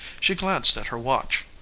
she glanced at her watch.